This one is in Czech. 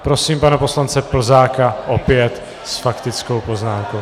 Prosím pana poslance Plzáka, opět s faktickou poznámkou.